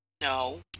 No